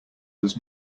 does